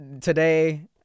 today